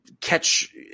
catch